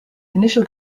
initial